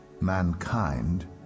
mankind